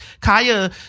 Kaya